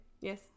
Yes